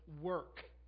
work